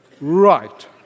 Right